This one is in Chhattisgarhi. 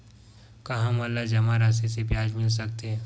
का हमन ला जमा राशि से ब्याज मिल सकथे?